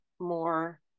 more